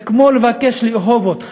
זה כמו לבקש לאהוב אותך,